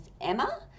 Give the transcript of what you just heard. Emma